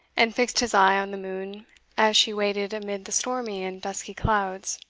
and fixed his eye on the moon as she waded amid the stormy and dusky clouds,